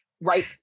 right